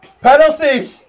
Penalty